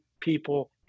people